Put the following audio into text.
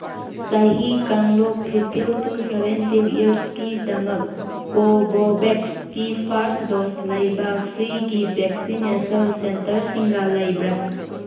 ꯆꯍꯤ ꯀꯥꯡꯂꯨꯞ ꯐꯤꯞꯇꯤꯜ ꯇꯨ ꯁꯚꯦꯟꯇꯤꯜ ꯏꯌꯔꯁꯀꯤꯗꯃꯛ ꯀꯣꯕꯣꯕꯦꯛꯁꯀꯤ ꯐꯥꯔꯁ ꯗꯣꯁ ꯂꯩꯕ ꯐ꯭ꯔꯤꯒꯤ ꯚꯦꯛꯁꯤꯅꯦꯁꯜ ꯁꯦꯟꯇꯔꯁꯤꯡꯒ ꯂꯩꯕ꯭ꯔꯥ